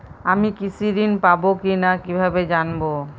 আমি কৃষি ঋণ পাবো কি না কিভাবে জানবো?